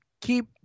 Keep